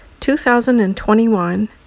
2021